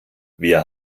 wir